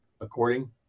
according